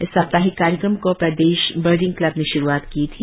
इस साप्ताहिक कार्यक्रम को प्रदेश बर्डिंग क्लब ने श्रुआत की थी